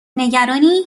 نگرانی